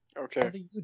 Okay